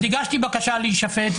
אז הגשתי בקשה להישפט,